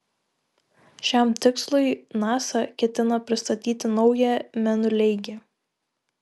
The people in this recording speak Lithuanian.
šiam tikslui nasa ketina pristatyti naują mėnuleigį